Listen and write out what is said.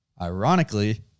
Ironically